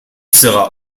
sera